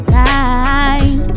time